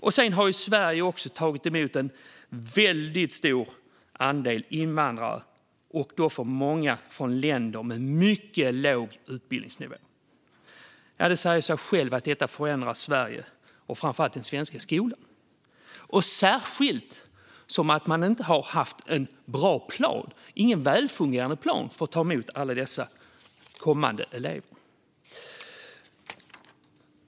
Sverige har ju också tagit emot en väldigt stor andel invandrare, många från länder med mycket låg utbildningsnivå. Det säger sig självt att detta förändrar Sverige och framför allt den svenska skolan - särskilt som man inte har haft en bra och välfungerande plan för att ta emot alla dessa elever som kommer.